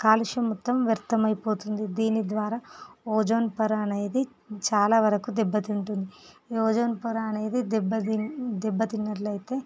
కాలుష్యం మొత్తం వ్యర్థం అయిపోతుంది దీని ద్వారా ఓజోన్ పొర అనేది చాలావరకు దెబ్బతింటుంది ఓజోన్ పొర అనేది దెబ్బతిని దెబ్బతిన్నట్లయితే